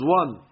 one